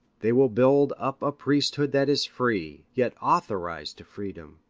they will build up a priesthood that is free, yet authorized to freedom.